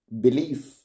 belief